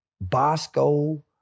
Bosco